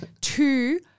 two